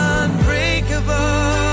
unbreakable